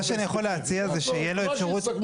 מה שאני יכול להציע זה שיהיה לו אפשרות,